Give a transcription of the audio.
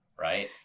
right